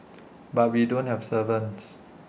but we don't have servants